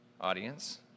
audience